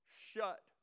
shut